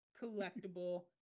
collectible